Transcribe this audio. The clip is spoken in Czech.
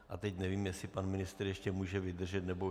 A teď nevím, jestli pan ministr ještě může vydržet, nebo už...?